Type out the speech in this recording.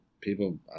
People